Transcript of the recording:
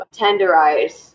tenderize